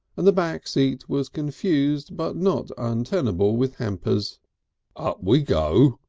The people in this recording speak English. and the back seat was confused but not untenable with hampers. up we go,